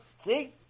see